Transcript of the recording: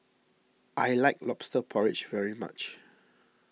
I like Lobster Porridge very much